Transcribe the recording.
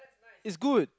is good